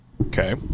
Okay